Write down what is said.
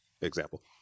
example